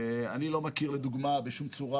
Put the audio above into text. אני לא מכיר לדוגמה בשום צורה